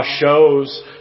shows